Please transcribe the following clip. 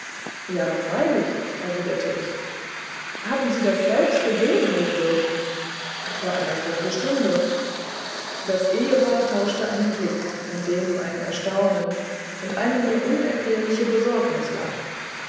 ja freilich erwiderte ich haben sie das selbst gesehen hochwürden vor einer viertelstunde das ehepaar tauschte einen blick in dem ein erstaunen und eine mir unerklärliche besorgnis lag